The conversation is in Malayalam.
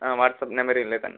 ആ വാട്ട്സപ്പ് നമ്പറ് ഇതിൽ തന്നെ